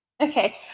Okay